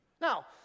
now